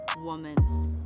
woman's